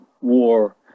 war